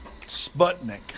Sputnik